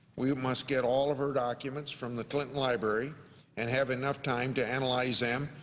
we must get all of her documents from the clinton library and have enough time to analyze them,